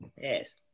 Yes